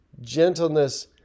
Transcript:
gentleness